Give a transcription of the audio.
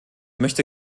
möchte